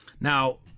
Now